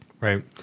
Right